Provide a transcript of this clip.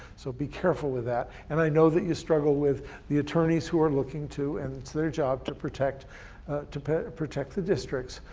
so be careful with that. and i know that you struggle with the attorneys who are looking to, and it's their job, to protect protect protect the districts,